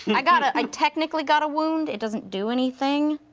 and i got a, i technically got a wound, it doesn't do anything,